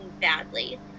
badly